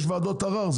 יש ועדות ערר.